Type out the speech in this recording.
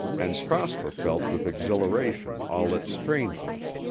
and prosper felt with exhilaration all its strangeness.